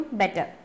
better